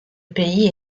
pays